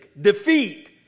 Defeat